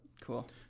Cool